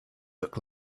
look